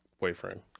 boyfriend